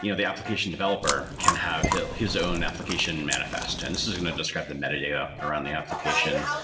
you know the application developer can have his his own application manifest, and this is going to describe the metadata around the application,